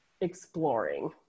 exploring